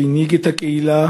הוא הנהיג את הקהילה